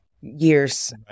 years